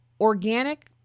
organic